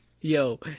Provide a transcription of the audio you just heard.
yo